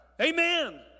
Amen